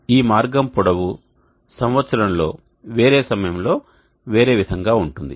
ఈ మార్గం పొడవు సంవత్సరంలో వేరే సమయం లో వేరే విధంగా ఉంటుంది